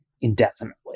indefinitely